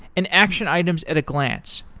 and action items at a glance.